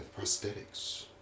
prosthetics